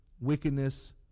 wickedness